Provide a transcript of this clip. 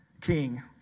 king